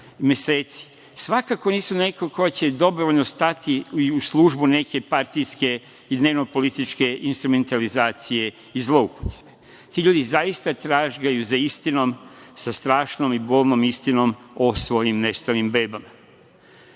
meseci, svakako nisu neko ko će dobrovoljno stati u službu neke partijske i dnevnopolitičke instrumentalizacija i zloupotrebe. Ti ljudi zaista tragaju za istinom, za strašnom i bolnom istinom o svojim nestalim bebama.